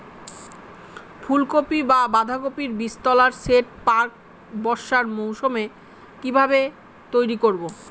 ফুলকপি বা বাঁধাকপির বীজতলার সেট প্রাক বর্ষার মৌসুমে কিভাবে তৈরি করব?